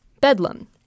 Bedlam